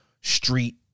street